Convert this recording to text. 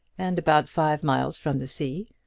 and about five miles from the sea,